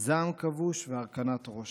זעם כבוש והרכנת ראש.